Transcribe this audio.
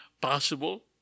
possible